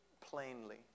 plainly